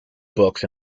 books